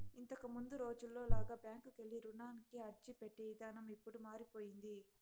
ఇంతకముందు రోజుల్లో లాగా బ్యాంకుకెళ్ళి రుణానికి అర్జీపెట్టే ఇదానం ఇప్పుడు మారిపొయ్యింది